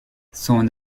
son